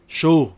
show